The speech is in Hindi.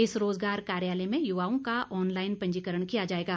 इस रोजगार कार्यालय में युवाओं का ऑनलाईन पंजीकरण किया जाएगा